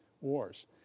wars